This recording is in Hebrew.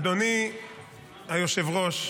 אדוני היושב-ראש,